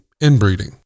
inbreeding